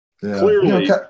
Clearly